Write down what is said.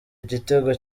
igitego